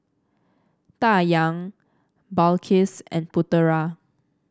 Dayang Balqis and Putera